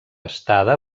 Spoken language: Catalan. estada